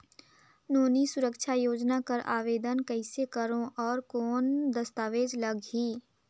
नोनी सुरक्षा योजना कर आवेदन कइसे करो? और कौन दस्तावेज लगही?